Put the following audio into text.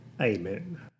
Amen